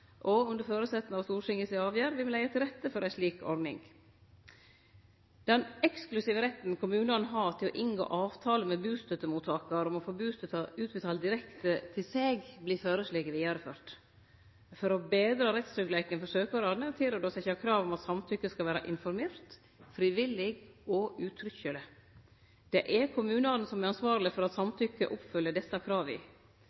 bustøtte. Under føresetnad av Stortinget si avgjerd vil me leggje til rette for ei slik ordning. Den eksklusive retten kommunane har til å inngå avtale med bustøttemottakaren om å få bustøtta utbetalt direkte til seg, vert føreslått vidareført. For å betre rettstryggleiken for søkjarane er det tilrådd å setje krav til at samtykket skal vere informert, frivillig og uttrykkjeleg. Det er kommunane som er ansvarlege for at